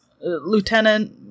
lieutenant